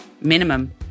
minimum